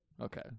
Okay